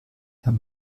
herr